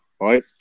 right